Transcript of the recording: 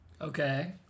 Okay